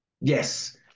Yes